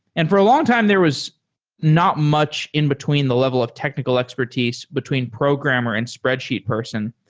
and for a longtime, there was not much in between the level of technical expertise between programmer and spreadsheet person,